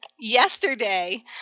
yesterday